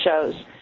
shows